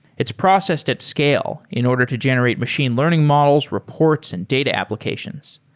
it's processed at scale in order to generate machine learning models, reports and data applications.